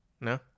No